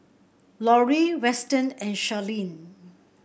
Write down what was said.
Lorie Weston and Sharleen